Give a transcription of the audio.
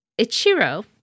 Ichiro